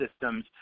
systems